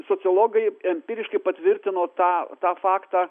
sociologai empiriškai patvirtino tą tą faktą